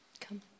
come